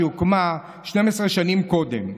שהוקמה 12 שנים קודם.